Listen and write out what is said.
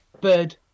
Bird